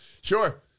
sure